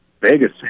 Vegas